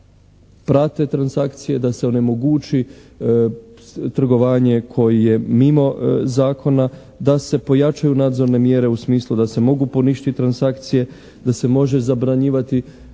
da se prate transakcije, da se onemogući trgovanje koje je mimo zakona. Da se pojačaju nadzorne mjere u smislu da se mogu poništiti transakcije. Da se može zabranjivati